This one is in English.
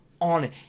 on